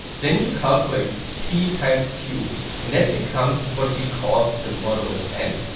then you calculate p times q and that becomes what we call the modulus n.